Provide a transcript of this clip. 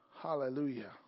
Hallelujah